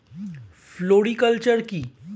Floriculture কি?